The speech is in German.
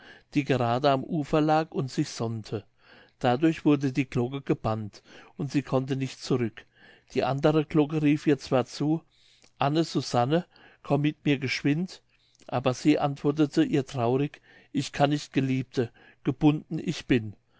die gerade am ufer lag und sich sonnte dadurch wurde die glocke gebannt und sie konnte nicht zurück die andere glocke rief ihr zwar zu anne susanne komm mit mir geschwind aber sie antwortete ihr traurig ich kann nicht geliebte gebunden ich bin